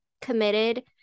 committed